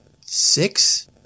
Six